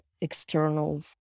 external